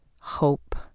hope